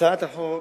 הצעת החוק